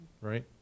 right